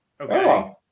Okay